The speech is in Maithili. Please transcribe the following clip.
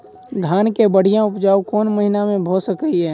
धान केँ बढ़िया उपजाउ कोण महीना मे भऽ सकैय?